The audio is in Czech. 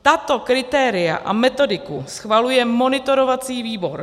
Tato kritéria a metodiku schvaluje monitorovací výbor.